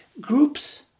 groups